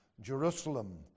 Jerusalem